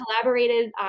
collaborated